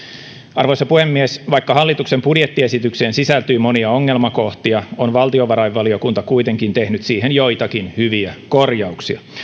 arvoisa puhemies vaikka hallituksen budjettiesitykseen sisältyy monia ongelmakohtia on valtiovarainvaliokunta kuitenkin tehnyt siihen joitakin hyviä korjauksia